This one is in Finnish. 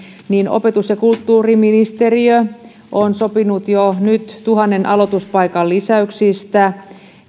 opetus ja kulttuuriministeriö on sopinut jo nyt tuhannen aloituspaikan lisäyksistä